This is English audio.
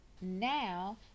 now